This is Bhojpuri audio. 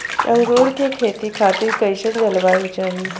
अंगूर के खेती खातिर कइसन जलवायु चाही?